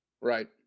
right